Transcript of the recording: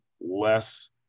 less